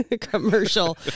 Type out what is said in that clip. Commercial